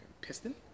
piston